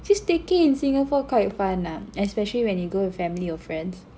this staycay in Singapore quite fun lah especially when you go with family or friends